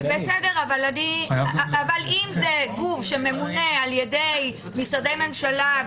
אבל אם זה גוף שממונה על-ידי משרדי הממשלה,